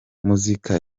muzika